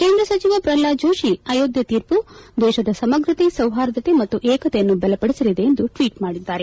ಕೇಂದ್ರ ಸಚಿವ ಪ್ರಹ್ಲಾದ್ ಜೋಷಿ ಅಯೋಧ್ಯೆ ತೀರ್ಮ ದೇಶದ ಸಮಗ್ರತೆ ಸೌಹಾರ್ದತೆ ಮತ್ತು ಏಕತೆಯನ್ನು ಬಲಪಡಿಸಲಿದೆ ಎಂದು ಟ್ವೀಟ್ ಮಾಡಿದ್ದಾರೆ